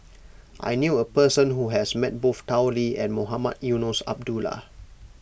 I knew a person who has met both Tao Li and Mohamed Eunos Abdullah